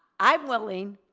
i'm willing,